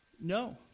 no